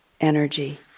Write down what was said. energy